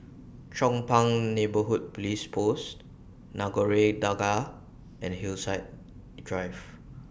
Chong Pang Neighbourhood Police Post Nagore Dargah and Hillside Drive